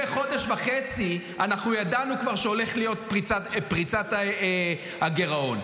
חודש וחצי כבר ידענו שהולכת להיות פריצת הגירעון.